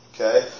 Okay